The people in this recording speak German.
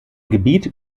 gebiet